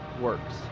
works